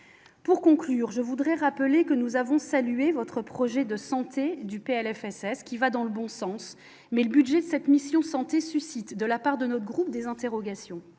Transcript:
pour conclure, je voudrais rappeler que nous avons salué votre projet de santé du PLFSS qui va dans le bon sens, mais le budget de cette mission santé suscite de la part de notre groupe, des interrogations,